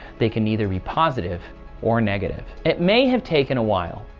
they can either be positive or negative. it may have taken a while.